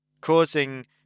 causing